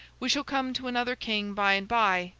we shall come to another king by-and-by,